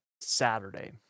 Saturday